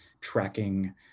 tracking